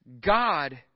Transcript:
God